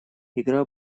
игра